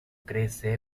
crece